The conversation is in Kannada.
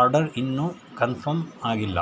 ಆರ್ಡರ್ ಇನ್ನೂ ಕನ್ಫಮ್ ಆಗಿಲ್ಲ